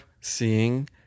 seeing